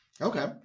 Okay